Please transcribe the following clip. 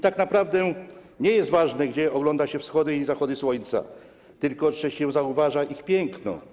Tak naprawdę nie jest ważne, gdzie ogląda się wschody i zachody słońca, tylko czy się zauważa ich piękno.